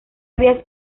había